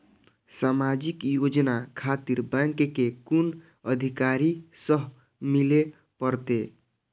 समाजिक योजना खातिर बैंक के कुन अधिकारी स मिले परतें?